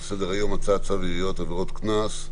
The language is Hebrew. על סדר היום: הצעת צו העיריות (עבירות קנס)